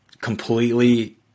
completely